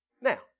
Now